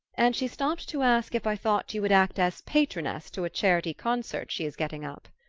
and she stopped to ask if i thought you would act as patroness to a charity concert she is getting up.